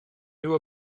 knew